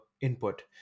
input